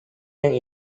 yang